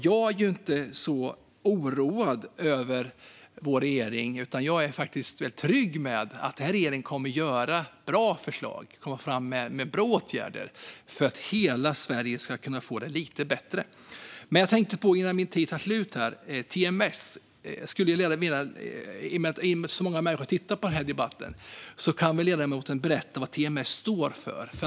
Jag är inte oroad över vår regering, utan jag är trygg med att den här regeringen kommer att lägga fram bra förslag och komma med bra åtgärder för att hela Sverige ska kunna få det lite bättre. Innan min talartid är slut vill jag be ledamoten att börja med att berätta vad ERTMS står för, i och med att så många människor tittar på den här debatten.